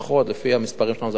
לפי המספרים שלנו זה 2,200,